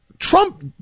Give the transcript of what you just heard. Trump